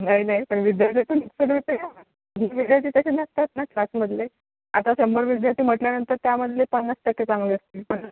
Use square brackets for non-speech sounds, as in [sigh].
नाही नाही पण विद्यार्थी तून [unintelligible] विद्यार्थी तसे नसतात ना क्लासमधले आता शंभर विद्यार्थी म्हटल्यानंतर त्यामधले पन्नास टक्के चांगले असतील प